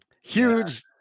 huge